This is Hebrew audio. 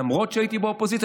למרות שהייתי באופוזיציה,